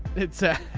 it's a